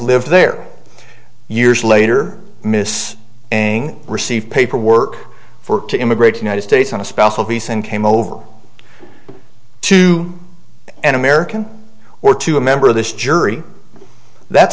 live there years later miss received paperwork for to immigrate to united states on a special visa and came over to an american or to a member of this jury that